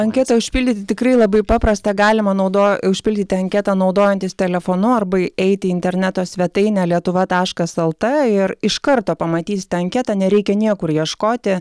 anketą užpildyti tikrai labai paprasta galima naudo užpildyti anketą naudojantis telefonu arba eiti į interneto svetainę lietuva taškas lt ir iš karto pamatysite anketą nereikia niekur ieškoti